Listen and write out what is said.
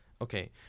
Okay